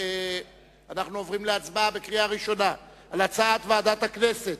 אנחנו עוברים להצבעה בקריאה ראשונה על הצעת ועדת הכנסת